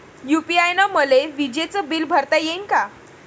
UPI न मले विजेचं बिल भरता यीन का?